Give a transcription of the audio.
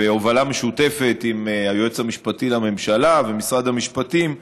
בהובלה משותפת עם היועץ המשפטי לממשלה ומשרד המשפטים,